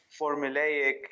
formulaic